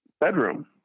bedroom